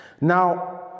Now